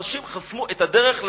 אנשים חסמו את הדרך לצווים.